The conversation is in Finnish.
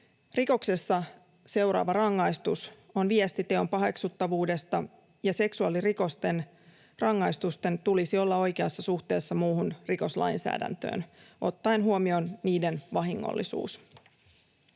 Rikoksesta seuraava rangaistus on viesti teon paheksuttavuudesta, ja seksuaalirikosten rangaistusten tulisi olla oikeassa suhteessa muuhun rikoslainsäädäntöön ottaen huomioon niiden vahingollisuus.